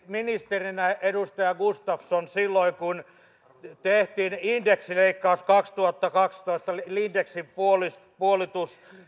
ministerinä edustaja gustafsson silloin kun tehtiin indeksileikkaus kaksituhattakaksitoista indeksin puolitus